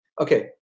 Okay